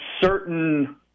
certain